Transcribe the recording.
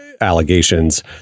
allegations